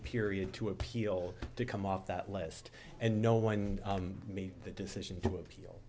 period to appeal to come off that list and no one made the decision to appeal